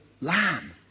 lamb